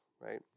right